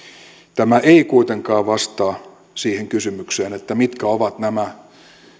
tämä ei kuitenkaan vastaa siihen kysymykseen mitkä ovat nämä